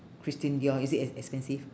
christian dior is it ex~ expensive